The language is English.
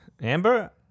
Amber